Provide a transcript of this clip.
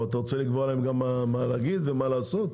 אבל אתה רוצה לקבוע להם מה להגיד ומה לעשות?